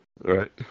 Right